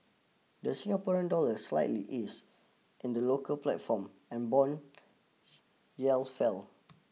the Singapore dollar slightly eased in the local platform and bond yell fell